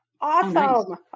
Awesome